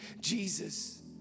Jesus